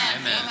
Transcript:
Amen